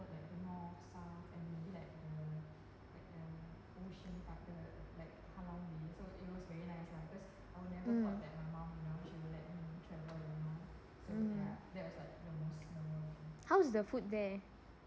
mm mm how's the food there